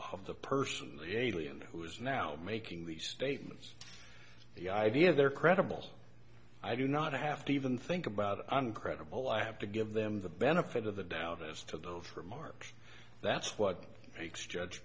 the personally alien who is now making the statements the idea of they're credible i do not have to even think about uncredible i have to give them the benefit of the doubt as to the over mark that's what makes judge